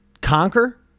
conquer